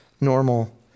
normal